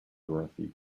dorothy